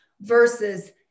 versus